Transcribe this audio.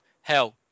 hell